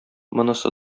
монысы